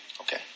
okay